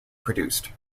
produced